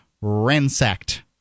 ransacked